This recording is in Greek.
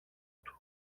του